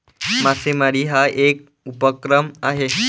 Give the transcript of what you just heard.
मासेमारी हा एक उपक्रम आहे